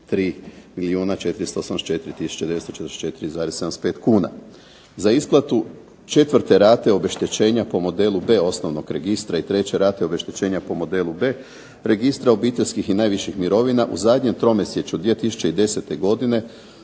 944,75 kuna. Za isplatu četvrte rate obeštećenja po "modelu B" osnovnog registra i treće rate obeštećenja po "modelu B" registra obiteljskih i najviših mirovina u zadnjem tromjesečju 2010. godine